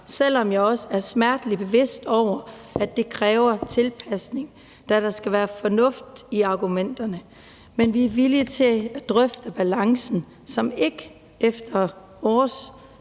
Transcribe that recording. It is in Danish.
selv om jeg også er smerteligt bevidst om, at det kræver en tilpasning, da der skal være fornuft i argumenterne. Men vi er villige til at drøfte balancen, som ikke efter vores